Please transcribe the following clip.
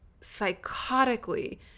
psychotically